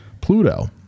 Pluto